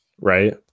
right